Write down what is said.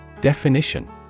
Definition